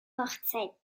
hochzeit